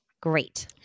Great